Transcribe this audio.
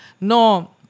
No